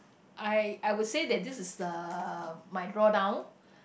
I I would say that this is the my drawn down